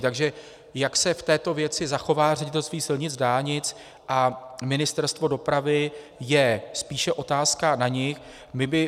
Takže jak se v této věci zachová Ředitelství silnic a dálnic a Ministerstvo dopravy, je spíše otázka na ně.